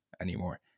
anymore